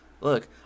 look